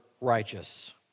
righteous